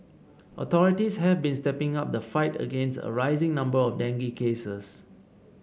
authorities have been stepping up the fight against a rising number of dengue cases